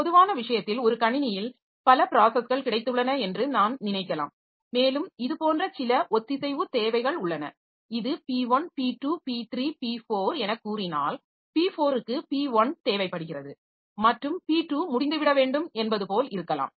பொதுவான விஷயத்தில் ஒரு கணினியில் பல ப்ராஸஸ்கள் கிடைத்துள்ளன என்று நான் நினைக்கலாம் மேலும் இது போன்ற சில ஒத்திசைவு தேவைகள் உள்ளன இது P1 P2 P3 P4 எனக் கூறினால் P4 க்கு P1 தேவைப்படுகிறது மற்றும் P2 முடிந்துவிட வேண்டும் என்பது போல் இருக்கலாம்